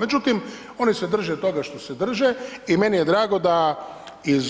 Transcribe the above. Međutim oni se drže toga što se drže i meni je drago da iz